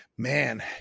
Man